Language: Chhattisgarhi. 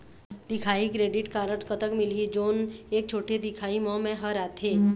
दिखाही क्रेडिट कारड कतक मिलही जोन एक छोटे दिखाही म मैं हर आथे?